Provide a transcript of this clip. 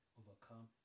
overcome